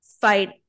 fight